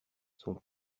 son